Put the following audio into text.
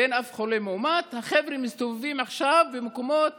החבר'ה מסתובבים עכשיו במקומות